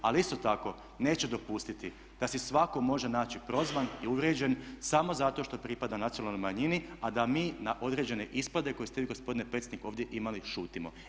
Ali isto tako neće dopustiti da se svatko može naći prozvan i uvrijeđen samo zato što pripada nacionalnoj manjini, a da mi na određene ispada koje ste vi gospodine Pecnik ovdje imali šutimo.